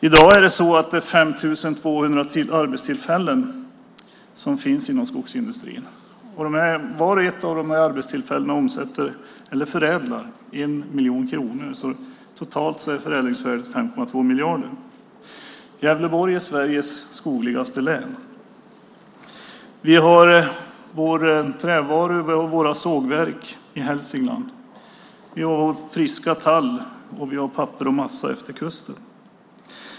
I dag finns det 5 200 arbetstillfällen inom skogsindustrin. Vart och ett av dem omsätter eller förädlar 1 miljon kronor. Totalt är förädlingsvärdet 5,2 miljarder. Gävleborg är Sveriges skogligaste län. Vi har trävaruindustri, och vi har sågverk i Hälsingland. Vi har vår friska tall, och vi har pappers och massaindustri efter kusten.